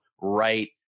right